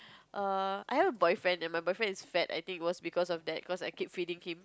err I have a boyfriend and my boyfriend is fat I think it was because of that cause I keep feeding him